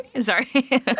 Sorry